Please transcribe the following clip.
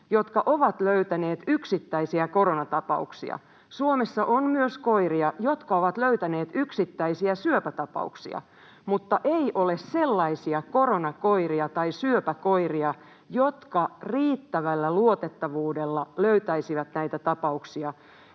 jotka ovat löytäneet yksittäisiä koronatapauksia, Suomessa on myös koiria, jotka ovat löytäneet yksittäisiä syöpätapauksia, mutta ei ole sellaisia koronakoiria tai syöpäkoiria, jotka riittävällä luotettavuudella löytäisivät näitä tapauksia,